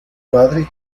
padre